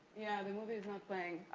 yeah the movie's not playing.